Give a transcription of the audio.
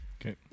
Okay